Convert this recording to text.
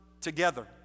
together